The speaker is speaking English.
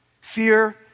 Fear